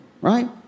right